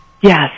Yes